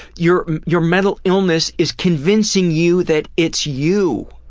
your your mental illness is convincing you that it's you,